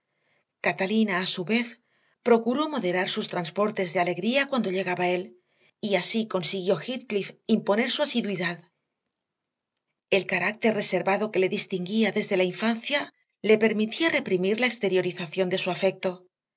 catalina a su vez procuró moderar sus transportes de alegría cuando llegaba él y así consiguió heathcliff imponer su asiduidad el carácter reservado que le distinguía desde la infancia le permitía reprimir la exteriorización de su afecto